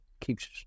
keeps